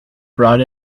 brought